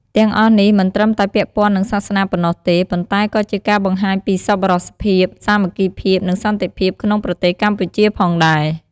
ទាំំងអស់នេះមិនត្រឹមតែពាក់ព័ន្ធនឹងសាសនាប៉ុណ្ណោះទេ ប៉ុន្តែក៏ជាការបង្ហាញពីសប្បុរសភាព សាមគ្គីភាព និងសន្តិភាពក្នុងប្រទេសកម្ពុជាផងដែរ។